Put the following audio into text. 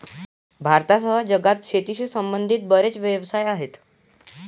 भारतासह जगात शेतीशी संबंधित बरेच व्यवसाय आहेत